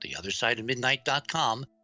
theothersideofmidnight.com